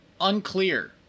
Unclear